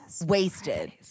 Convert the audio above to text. Wasted